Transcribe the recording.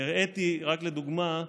הראיתי, רק לדוגמה,